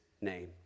name